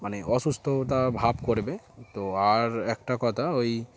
মানে অসুস্থতা ভাব করবে তো আর একটা কথা ওই